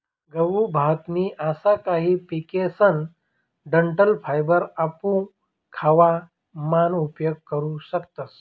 गहू, भात नी असा काही पिकेसकन डंठल फायबर आपू खावा मान उपयोग करू शकतस